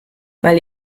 weil